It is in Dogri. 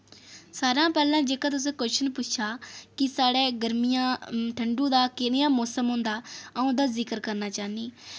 सारां हा पैह्लें जेह्का तुसें कोशन पुछा कि साढ़ै गरमियां ठंडु दा कनेआ मौसम होंदा तां आ'ऊं ओह्दा जिक्र करना चाह्नी